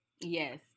yes